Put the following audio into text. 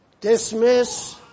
dismiss